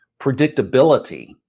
predictability